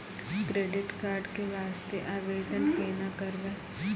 Credit card के वास्ते आवेदन केना करबै?